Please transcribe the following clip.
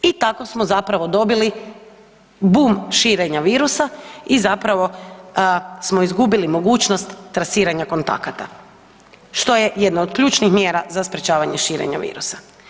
I tako smo zapravo dobili bum širenja virusa i zapravo smo izgubili mogućnost trasiranja kontakata, što je jedna od ključnih mjera za sprječavanje širenja virusa.